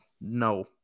no